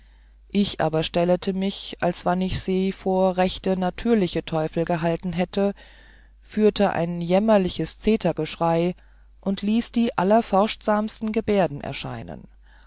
ich aber stellete mich als wann ich sie vor rechte natürliche teufel gehalten hätte verführte ein jämmerliches zettergeschrei und ließ die allerforchtsamsten gebärden erscheinen